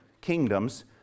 kingdoms